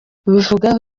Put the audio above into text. bubivugaho